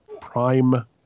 prime